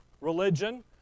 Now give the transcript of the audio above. religion